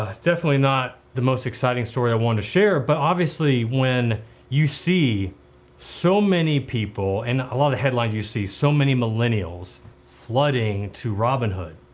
definitely not the most exciting story i wanted to share, but obviously when you see so many people and a lot of headlines you see, so many millennials flooding to robinhood,